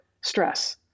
stress